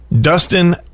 Dustin